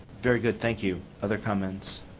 very good thank you. other comments.